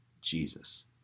Jesus